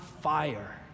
fire